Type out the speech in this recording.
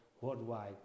worldwide